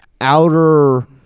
outer